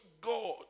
God